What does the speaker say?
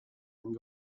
une